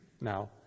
Now